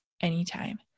anytime